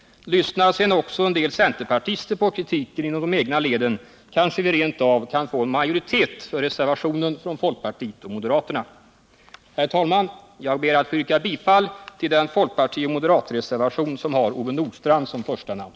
Lyssnar sedan också en del centerpartister på kritiken inom de egna leden, kanske vi rentav kan få en majoritet för reservationen från folkpartiet och moderaterna. Herr talman! Jag ber att få yrka bifall till den folkpartioch moderatreservation som har Ove Nordstrandh som första namn.